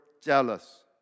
jealous